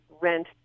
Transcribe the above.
rent